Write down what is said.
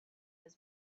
had